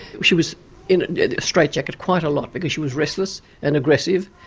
she was in a straitjacket quite a lot because she was restless and aggressive,